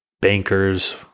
bankers